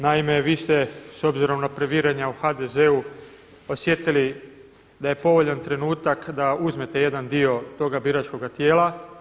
Naime, vi ste s obzirom na previranja u HDZ-u osjetili da je povoljan trenutak da uzmete jedan dio toga biračkoga tijela.